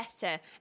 better